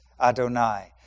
Adonai